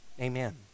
Amen